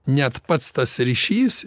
net pats tas ryšys